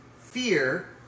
fear